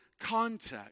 context